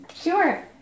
Sure